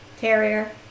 Terrier